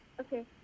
Okay